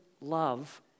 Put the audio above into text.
love